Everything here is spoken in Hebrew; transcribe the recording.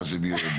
צריך